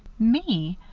me?